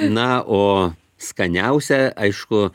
na o skaniausia aišku